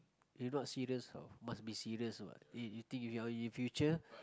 if not serious how must be serious what if you think you are in the future